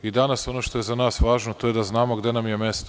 I danas ono što je za nas važno, to je da znamo gde nam je mesto.